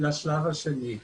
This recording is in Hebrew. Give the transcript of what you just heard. לשלב השני.